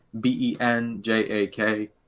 B-E-N-J-A-K